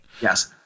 Yes